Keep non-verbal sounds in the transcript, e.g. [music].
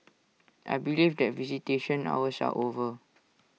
[noise] I believe that visitation hours are over